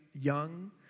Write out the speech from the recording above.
young